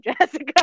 Jessica